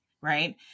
right